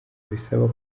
bisaba